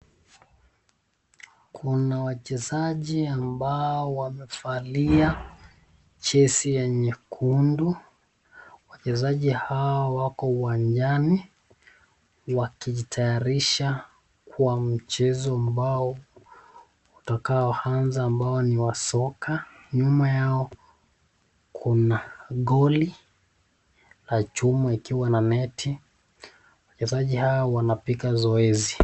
Kuna wachezaji ambao wamevalia jezi ya nyekundu. Wachezaji hawa wako uwanjani wakitayarisha kwa mchezo ambao utakaoanza ambao ni wa soka. Nyuma yao kuna goli la chuma ikiwa na neti. Wachezaji hawa wanapiga zoezi.